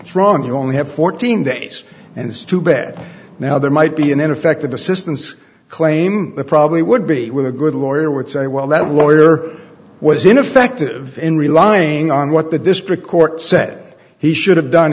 that's wrong you only have fourteen days and it's too bad now there might be an ineffective assistance claim it probably would be with a good lawyer would say well that lawyer was ineffective in relying on what the district court said he should have done